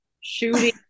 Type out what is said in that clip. Shooting